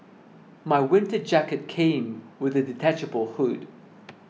my winter jacket came with a detachable hood